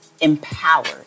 empowered